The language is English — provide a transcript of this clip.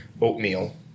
oatmeal